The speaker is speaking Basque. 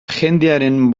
jendearen